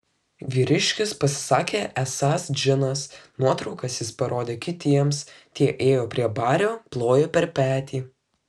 vyriškis pasisakė esąs džinas nuotraukas jis parodė kitiems tie ėjo prie bario plojo per petį